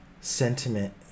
sentiment